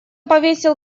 повесил